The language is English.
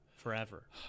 forever